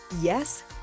Yes